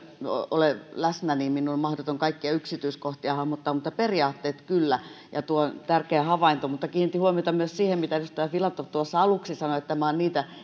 ole läsnä niin minun on mahdotonta kaikkia yksityiskohtia hahmottaa mutta periaatteet kyllä ja tuo on tärkeä havainto mutta kiinnitin huomiota myös siihen mitä edustaja filatov aluksi sanoi että tämä on niitä